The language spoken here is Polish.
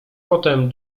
potem